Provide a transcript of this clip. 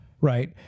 Right